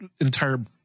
entire